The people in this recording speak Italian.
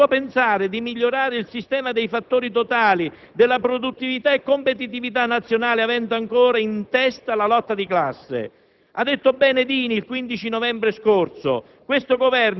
chiederanno addirittura la cancellazione della legge Biagi. Come si può pensare di migliorare il sistema dei fattori totali, della produttività e competitività nazionale avendo ancora in testa la lotta di classe?